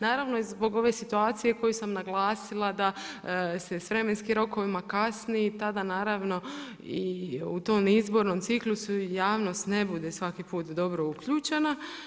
Naravno i zbog ove situacije, koju sam naglasila, da se s vremenskim rokovima kasni, tada naravno i u tom izbornom ciklusu, javnost ne bude svaki put dobro uključena.